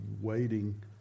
waiting